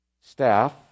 staff